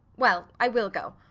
well, i will go.